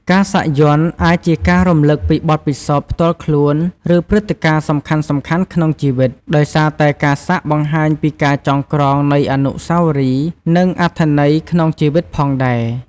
ការសាក់យ័ន្តអាចជាការរំលឹកពីបទពិសោធន៍ផ្ទាល់ខ្លួន ឬព្រឹត្តិការណ៍សំខាន់ៗក្នុងជីវិត ដោយសារតែការសាក់បង្ហាញពីការចងក្រងនៃអនុស្សាវរីយ៍ និងអត្ថន័យក្នុងជីវិតផងដែរ។